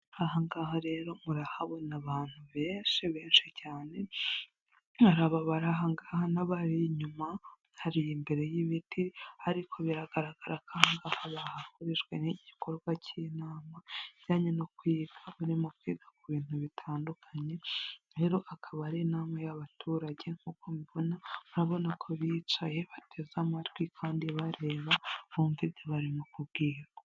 Aha ngaha rero murahabona abantu benshi benshi cyane, ari aba bari aha ngaha n'abari inyuma hariya imbere y'ibiti, ariko biragaragara ko aha ngaha bahahurijwe n'igikorwa cy'inama, ijyanye no kwiga, barimo kwiga ku bintu bitandukanye, rero akaba ari inama y'abaturage nkuko mubibona, murabona ko bicaye bateze amatwi, kandi bareba bumva ibyo barimo kubwirwa.